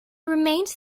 remained